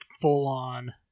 full-on